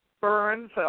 burns